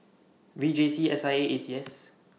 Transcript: V J C S I A A C S